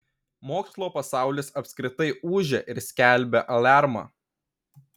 mokslo pasaulis apskritai ūžia ir skelbia aliarmą